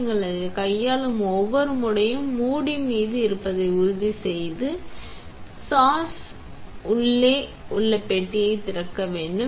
நீங்கள் அதை கையாளும் ஒவ்வொரு முறையும் மூடி மீது இருப்பதை உறுதி செய்து சாஷ் உள்ளே உள்ள பெட்டியை திறக்க வேண்டும்